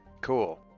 cool